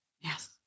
Yes